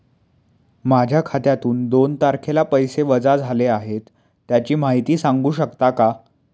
माझ्या खात्यातून दोन तारखेला पैसे वजा झाले आहेत त्याची माहिती सांगू शकता का?